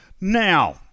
Now